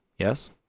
Yes